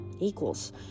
equals